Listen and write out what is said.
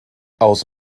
aus